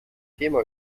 thema